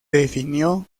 definió